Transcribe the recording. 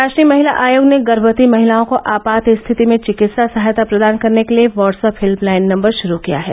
राष्ट्रीय महिला आयोग ने गर्भवती महिलाओं को आपात स्थिति में चिकित्सा सहायता प्रदान करने के लिए व्हाट्सएप हेल्पलाइन नंबर शुरू किया है